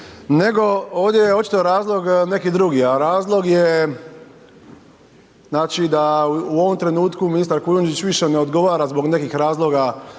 nego ovdje je očito razlog neki drugi, a razlog je, znači da u ovom trenutku ministar Kujundžić više ne odgovora zbog nekih razloga